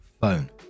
phone